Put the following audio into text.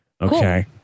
Okay